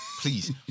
Please